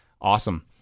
awesome